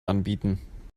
anbieten